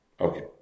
Okay